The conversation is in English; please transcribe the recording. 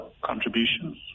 contributions